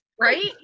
Right